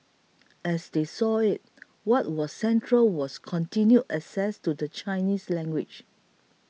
as they saw it what was central was continued access to the Chinese language